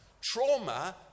Trauma